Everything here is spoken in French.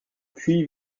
puy